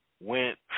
went